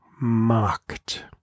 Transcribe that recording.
mocked